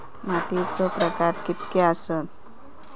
मातीचे प्रकार कितके आसत?